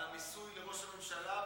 על המיסוי לראש הממשלה,